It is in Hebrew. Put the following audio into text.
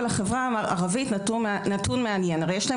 נתון מעניין על החברה הערבית: הרי יש להם